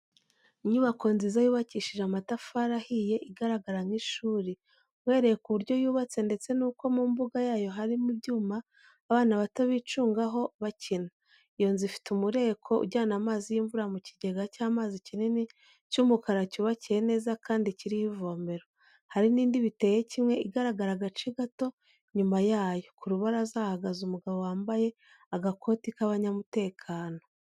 Inyubako nziza yubakishije amatafari ahiye igaragara nk'ishuri, uhereye ku buryo yubatse ndetse n'uko mu mbuga yayo harimo ibyuma abana bato bicungaho bakina. Iyo nzu ifite umureko ujyana amazi y'imvura mu kigega cy'amazi kinini cy'umukara cyubakiye neza kandi kiriho ivomero. Hari n'indi biteye kimwe igaragara agace gato inyuma yayo. Ku rubaraza hahagaze umugabo wambaye agakoti k'abanyamutekano.